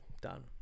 done